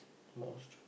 moisture